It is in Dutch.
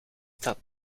dat